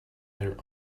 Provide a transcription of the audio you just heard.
their